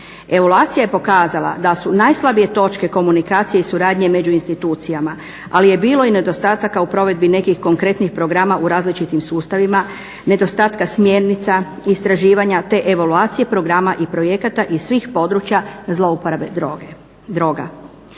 Evaluacija je pokazala da su najslabije točke komunikacije i suradnje među institucijama, ali je bilo i nedostataka u provedbi nekih konkretnih programa u različitim sustavima, nedostatka smjernica, istraživanja te evaluacije programa i projekata iz svih područja zlouporabe droga.